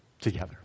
together